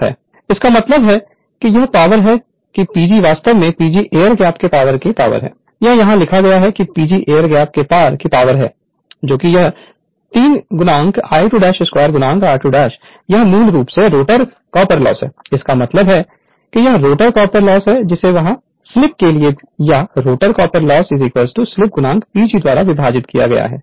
Refer Slide Time 0429 इसका मतलब है कि यह एक पावर है कि PG वास्तव में PG एयर गैप के पार की पावर है यह यहां लिखा गया है कि PG एयर गैप के पार की पावर है यह 3 I2 2 r2 यह मूल रूप से रोटर कॉपर लॉस है इसका मतलब है कि यह रोटर कॉपर लॉस है जिसे वहां स्लीप के लिए या rotor copper loss sleep PG द्वारा विभाजित किया गया है